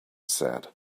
said